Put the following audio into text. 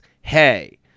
Hey